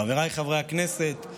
חבריי חברי הכנסת,